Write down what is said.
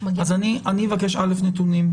אני אבקש נתונים.